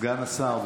אדוני היושב-ראש,